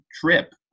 trip